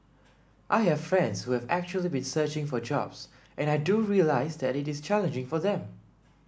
I have friends who have actually been searching for jobs and I do realise that it is challenging for them